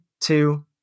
two